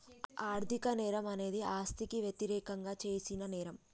ఆర్థిక నేరం అనేది ఆస్తికి వ్యతిరేకంగా చేసిన నేరం